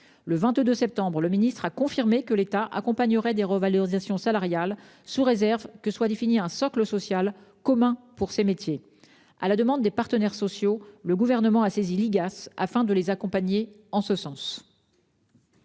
Le 22 septembre, il a confirmé que l'État accompagnerait des revalorisations salariales, sous réserve que soit défini un socle social commun pour ces métiers ; à la demande des partenaires sociaux, le Gouvernement a saisi l'inspection générale des